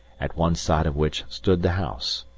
at one side of which stood the house.